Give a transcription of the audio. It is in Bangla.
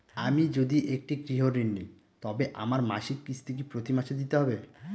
আমি যদি একটি গৃহঋণ নিই তবে আমার মাসিক কিস্তি কি প্রতি মাসে দিতে হবে?